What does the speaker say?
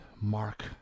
mark